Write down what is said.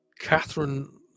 Catherine